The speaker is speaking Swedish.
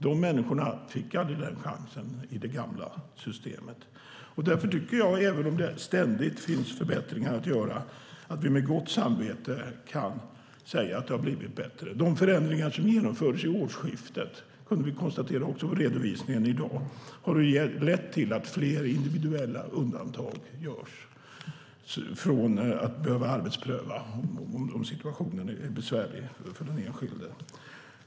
De människorna fick aldrig den chansen i det gamla systemet. Även om det ständigt finns förbättringar att göra kan vi med gott samvete säga att det har blivit bättre. Vi har sett i redovisningen i dag att de förändringar som genomfördes vid årsskiftet har lett till att fler individuella undantag görs från att behöva genomgå arbetsprövning om situationen är besvärlig för den enskilde.